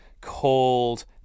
called